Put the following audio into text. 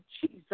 Jesus